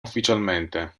ufficialmente